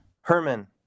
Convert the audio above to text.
herman